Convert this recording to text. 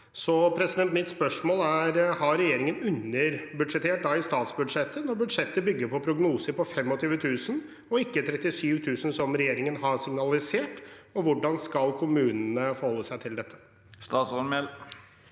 10 og 11 1563 Mitt spørsmål er: Har regjeringen underbudsjettert i statsbudsjettet, når budsjettet bygger på prognoser på 25 000, ikke 37 000, som regjeringen har signalisert? Hvordan skal kommunene forholde seg til dette? Statsråd